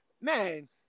man